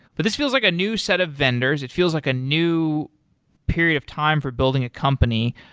but this feels like a new set of vendors. it feels like a new period of time for building a company.